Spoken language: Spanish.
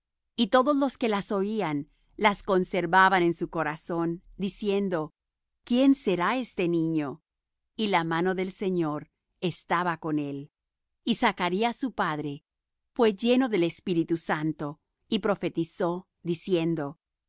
y todos los que las oían las conservaban en su corazón diciendo quién será este niño y la mano del señor estaba con él y zacarías su padre fué lleno de espíritu santo y profetizó diciendo